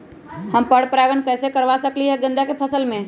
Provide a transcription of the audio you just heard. हम पर पारगन कैसे करवा सकली ह गेंदा के फसल में?